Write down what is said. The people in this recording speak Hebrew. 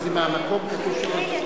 בוררות חובה בתובענה כספית),